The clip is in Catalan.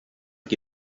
qui